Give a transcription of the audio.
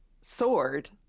sword